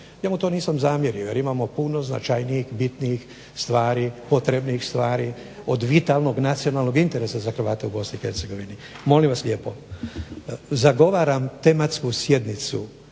Ja mu to nisam zamjerio jer imamo puno značajnijih, bitnijih stvari, potrebnijih stvari od vitalnog nacionalnog interesa za Hrvate u BiH. Molim vas lijepo zagovaram tematsku sjednicu